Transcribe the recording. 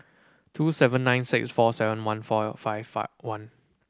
two seven nine six four seven one four five five one